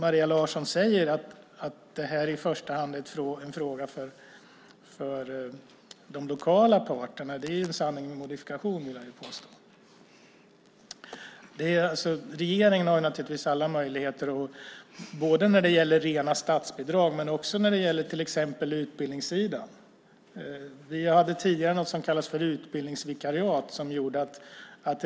Maria Larsson säger att det här i första hand är en fråga för de lokala parterna. Det är en sanning med modifikation, vill jag påstå. Regeringen har naturligtvis alla möjligheter både när det gäller rena statsbidrag och när det gäller till exempel utbildningssidan. Vi hade tidigare något som kallades för utbildningsvikariat.